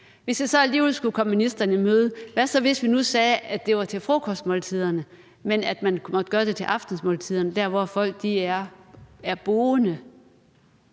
Hvis jeg så alligevel skulle komme ministeren i møde, hvad vil det så betyde, hvis vi sagde, at det var ved frokostmåltiderne, og at man godt måtte spise det til aftensmåltiderne de steder, hvor folk opholder